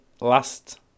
last